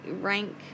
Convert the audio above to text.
Rank